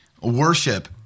worship